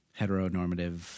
heteronormative